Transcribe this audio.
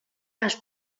les